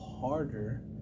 harder